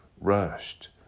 rushed